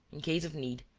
in case of need,